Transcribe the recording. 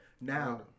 now